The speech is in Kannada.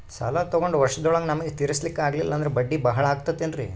ಸಾಲ ತೊಗೊಂಡು ವರ್ಷದೋಳಗ ನಮಗೆ ತೀರಿಸ್ಲಿಕಾ ಆಗಿಲ್ಲಾ ಅಂದ್ರ ಬಡ್ಡಿ ಬಹಳಾ ಆಗತಿರೆನ್ರಿ?